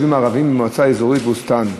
מצב היישובים הערביים במועצה האזורית בוסתאן-אלמרג'.